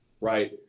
right